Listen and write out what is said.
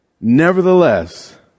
Nevertheless